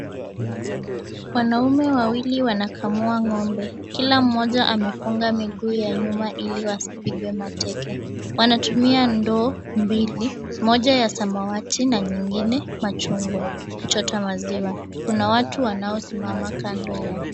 Wanaume wawili wanakamua ng'ombe, kila mmoja amefunga miguu ya nyuma ili wasipigwe mateke. Wanatumia ndoo mbili moja ya samawati na nyingine machungwa kuchota maziwa. Kuna watu wanaosimama kando yao.